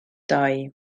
dau